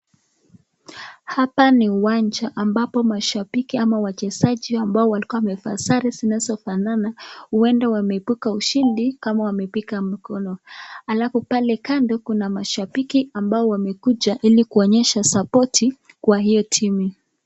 Hapa ni uwanja ambapo mashabiki ama wachezaji ambao walikuwa wamevaa sare zinazofanana huenda wameepuka ushindi kama wamepiga mikono, halafu pale kando kuna mashabiki ambao wamekuja ili kuonyesha (CS)surpporti(CS)Kwa hiyo timu.